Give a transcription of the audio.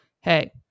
hey